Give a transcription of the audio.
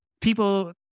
People